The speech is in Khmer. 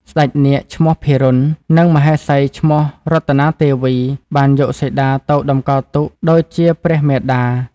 ស្តេចនាគឈ្មោះ«ភិរុណ»និងមហេសី ឈ្មោះ «រតនាទេវី» បានយកសីតាទៅតម្កល់ទុកដូចជាព្រះមាតា។